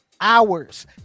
hours